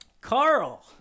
Carl